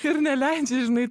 ir neleidžia žinai